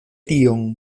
tion